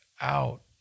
out